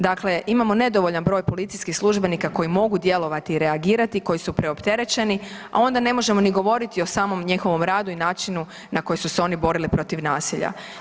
Dakle, imamo nedovoljan broj policijskih službenika koji mogu djelovati i reagirati i koji su preopterećeni, a onda ne možemo ni govoriti o samom njihovom radu i načinu na koji su se oni borili protiv nasilja.